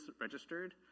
registered